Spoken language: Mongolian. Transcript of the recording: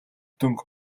дүнг